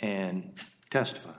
and testify